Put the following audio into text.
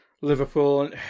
Liverpool